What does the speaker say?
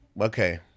Okay